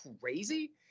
crazy